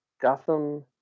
Gotham